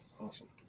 awesome